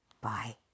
Bye